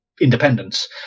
independence